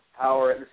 power